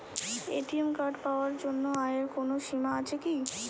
ATM card পাওয়ার জন্য আয়ের কোনো সীমা আছে কি?